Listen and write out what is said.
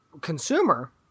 consumer